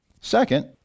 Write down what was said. Second